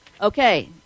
Okay